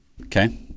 Okay